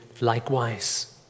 likewise